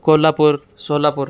Kolhapur Solapur